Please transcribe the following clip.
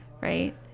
Right